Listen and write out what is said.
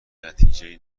نتیجهای